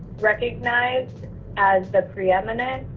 recognized as the preeminent